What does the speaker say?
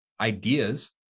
ideas